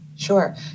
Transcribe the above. Sure